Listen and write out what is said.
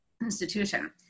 institution